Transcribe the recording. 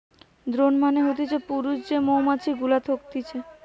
drone মানে হতিছে পুরুষ যে মৌমাছি গুলা থকতিছে